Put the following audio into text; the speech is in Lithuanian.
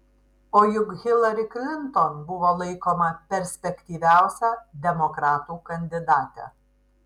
o juk hilari klinton buvo laikoma perspektyviausia demokratų kandidate